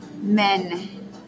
men